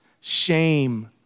shame